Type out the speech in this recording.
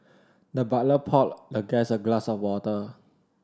the butler poured the guest a glass of water